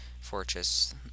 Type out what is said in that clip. fortress